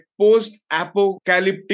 post-apocalyptic